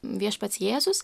viešpats jėzus